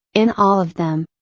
in all of them.